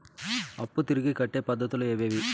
అప్పులు తిరిగి కట్టే పద్ధతులు ఏవేవి